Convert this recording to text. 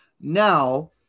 Now